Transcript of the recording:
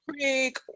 Creek